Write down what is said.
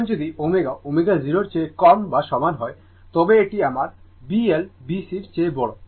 এখন যদি ω ω0 চেয়ে কম বা সমান হয় তবে এটি আমার B L B C র চেয়ে বড়